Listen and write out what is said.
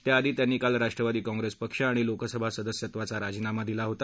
त्याआधी त्यांनी काल राष्ट्रवादी काँप्रेस पक्ष आणि लोकसभा सदस्यत्वाचा राजीनामा दिला होता